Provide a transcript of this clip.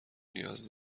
نیاز